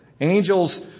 Angels